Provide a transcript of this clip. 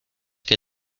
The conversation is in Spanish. que